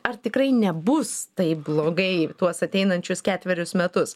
ar tikrai nebus taip blogai tuos ateinančius ketverius metus